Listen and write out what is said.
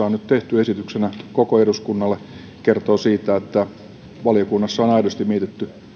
on nyt tehty esityksenä koko eduskunnalle ja kertoo siitä että valiokunnassa on aidosti mietitty